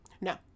No